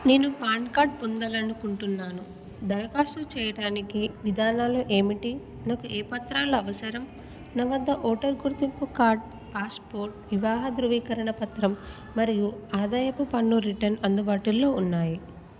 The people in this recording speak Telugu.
నేను పాన్ కార్డ్ పొందాలని అనుకుంటున్నాను దరఖాస్తు చేయటానికి విధానాలు ఏమిటి నాకు ఏ పత్రాలవసరం నా వద్ద ఓటరు గుర్తింపు కార్డ్ పాస్పోర్ట్ వివాహ ధృవీకరణ పత్రం మరియు ఆదాయపు పన్ను రిటర్న్ అందుబాటులో ఉన్నాయి